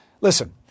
Listen